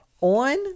on